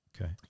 Okay